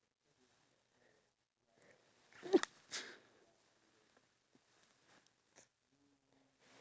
like try to do everything they can so that it's suitable for the needs of the elderly